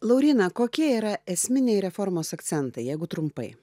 lauryna kokie yra esminiai reformos akcentai jeigu trumpai